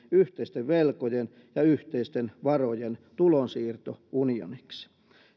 yhteisten velkojen ja yhteisten varojen tulonsiirtounioniksi